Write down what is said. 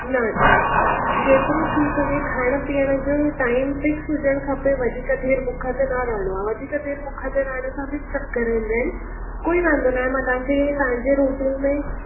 न जेतिरो थी सघे खाइण पीअण जो टाइम फिक्स हुजणु खपे वधीक देरि बुख ते न रहिणो आहे वधीक देरि बुख ते रहिण सां बि चकर ईंदा आहिनि कोई वांदो नाहे मां तव्हांखे तव्हांजे रुटीन में